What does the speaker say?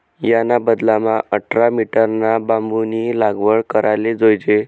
याना बदलामा आठरा मीटरना बांबूनी लागवड कराले जोयजे